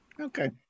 Okay